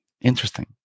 interesting